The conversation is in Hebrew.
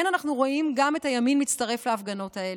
כן, אנחנו רואים גם את הימין מצטרף להפגנות האלה,